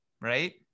right